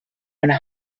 and